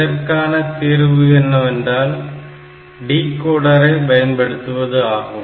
இதற்கான தீர்வு என்னவென்றால் டிகோடரை பயன்படுத்துவது ஆகும்